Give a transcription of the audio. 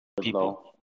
people